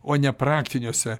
o ne praktiniuose